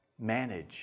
Manage